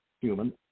human